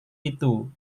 itu